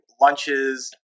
lunches